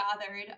gathered